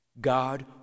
God